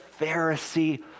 Pharisee